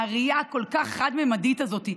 הראייה הכל-כך חד-ממדית הזאת,